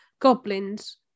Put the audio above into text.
goblins